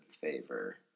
favor